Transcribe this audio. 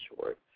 short